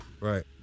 Right